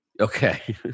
Okay